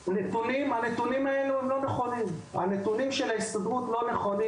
הנתונים של ההסתדרות לא נכונים.